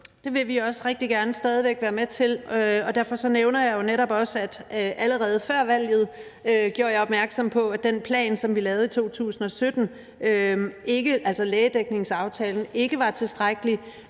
Det vil vi også rigtig gerne stadig væk være med til, og derfor nævner jeg jo netop også, at jeg allerede før valget gjorde opmærksom på, at den plan, som vi lavede i 2017, altså lægedækningsaftalen, ikke var tilstrækkelig,